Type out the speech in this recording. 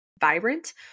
vibrant